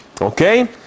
Okay